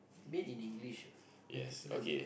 made in English ah particular